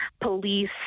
police